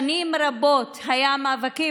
שנים רבות היו מאבקים,